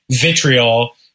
vitriol